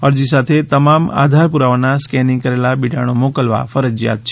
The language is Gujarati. અરજી સાથે તમામ આધાર પુરાવાના સ્કેનીંગ કરેલા બિડાણો મોકલવા ફરજીયાત છે